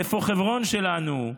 איפה חברון שלנו?